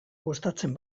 gustatzen